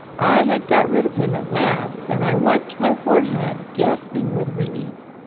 i had got rid of him at last, and i wiped my forehead, gasping with relief.